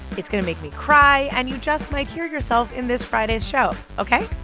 it's going to make me cry, and you just might hear yourself in this friday's show, ok?